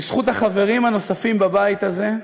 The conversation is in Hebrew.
בזכות החברים הנוספים בבית הזה,